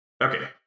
Okay